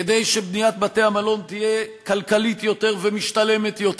כדי שבניית בתי-המלון תהיה כלכלית יותר ומשתלמת יותר.